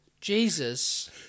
Jesus